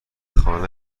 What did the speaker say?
خانه